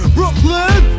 Brooklyn